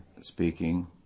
speaking